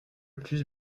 plus